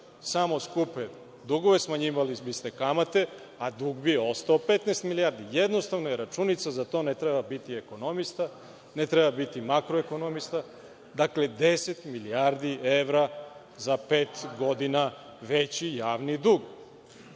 samo skupe dugove, smanjivali biste kamate, a dug bi ostao 15 milijardi. Jednostavna je računica, za to ne treba biti ekonomista, ne treba biti makroekonomista. Dakle, deset milijardi evra za pet godina veći javni dug.